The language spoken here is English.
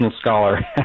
scholar